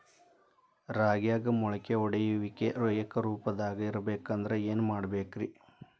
ರಾಗ್ಯಾಗ ಮೊಳಕೆ ಒಡೆಯುವಿಕೆ ಏಕರೂಪದಾಗ ಇರಬೇಕ ಅಂದ್ರ ಏನು ಮಾಡಬೇಕ್ರಿ?